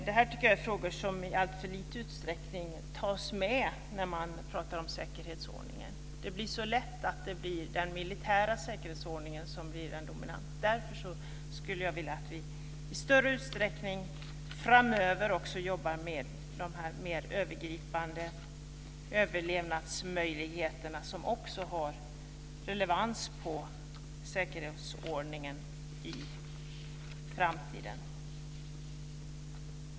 Det här tycker jag är frågor som i alltför liten utsträckning tas med när man talar om säkerhetsordningen. Det blir så lätt den militära säkerhetsordningen som blir den dominerande. Därför skulle jag vilja att vi i större utsträckning framöver jobbar med dessa övergripande överlevnadsfrågor, som också har relevans för säkerhetsordningen i framtiden.